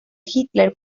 hitler